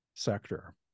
Sector